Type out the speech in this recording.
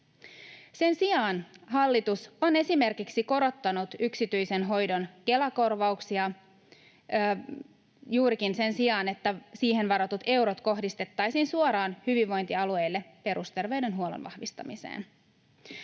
Sen sijaan hallitus on esimerkiksi korottanut yksityisen hoidon Kela-korvauksia juurikin sen sijaan, että siihen varatut eurot kohdistettaisiin suoraan hyvinvointialueille perusterveydenhuollon vahvistamiseen.